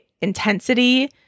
intensity